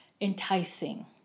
enticing